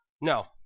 no